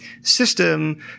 system